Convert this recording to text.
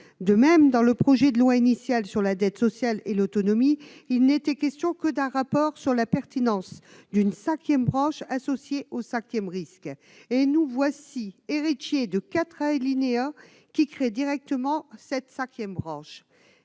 De même, dans le projet de loi initial relatif à la dette sociale et l'autonomie, il n'était question que d'un rapport sur la pertinence de la création d'une cinquième branche associée au cinquième risque. Or nous voici en présence de quatre alinéas qui créent directement cette cinquième branche